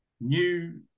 new